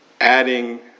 adding